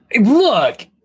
Look